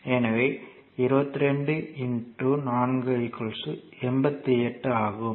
எனவே 22 4 88 ஆகும்